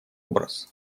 образ